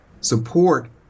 support